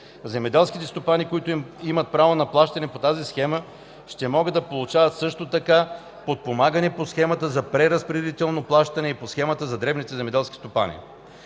Земеделските стопани, които имат право на плащане по тази схема, ще могат да получават също така подпомагане по Схемата за преразпределително плащане и по Схемата за дребни земеделски стопани.